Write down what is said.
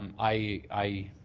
um i